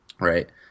right